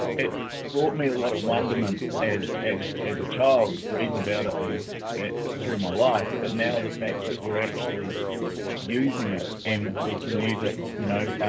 it brought me a lot of wonderment as as as a child reading and about it and it through my life. but now the fact that we're actually using it and we can use it. you know,